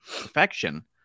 perfection